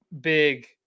big –